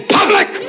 public